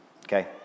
Okay